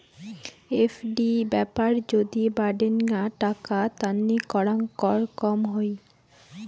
FD ব্যাপার যদি বাডেনগ্না টাকা তান্নি করাং কর কম হই